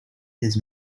his